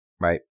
right